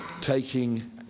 taking